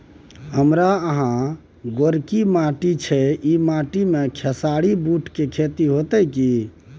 हमारा यहाँ गोरकी माटी छै ई माटी में खेसारी, बूट के खेती हौते की?